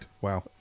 Wow